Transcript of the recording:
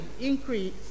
increase